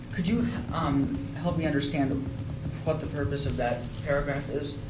could you um help me understand what what the purpose of that paragraph is?